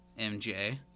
MJ